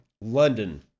London